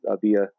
via